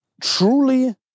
truly